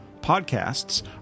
Podcasts